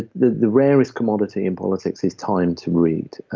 the the rarest commodity in politics is time to read.